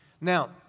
Now